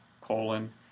colon